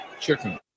chicken